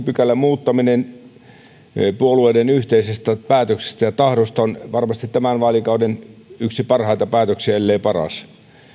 pykälän muuttaminen puolueiden yhteisestä päätöksestä ja tahdosta on varmasti yksi tämän vaalikauden parhaista päätöksistä ellei paras